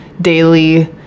daily